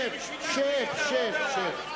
שב.